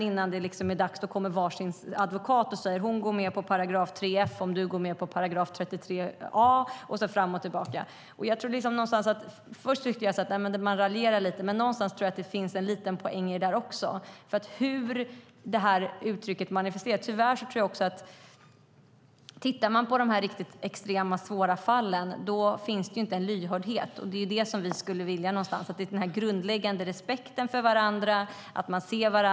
Innan det liksom är dags kommer var sin advokat in och säger: Hon går med på paragraf 3 f om du går med på paragraf 33 a. Och så går det fram och tillbaka. Först tyckte jag att man raljerade lite grann, men någonstans tror jag att det finns en liten poäng i detta också. Det handlar alltså om hur uttrycket manifesteras. Om man tittar på de riktigt extrema, svåra fallen tror jag tyvärr att det inte finns någon lyhördhet. Det är det som vi någonstans skulle vilja ha. Vi vill se den grundläggande respekten för varandra och att man ser varandra.